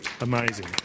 Amazing